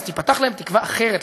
ואז תיפתח להם תקווה אחרת,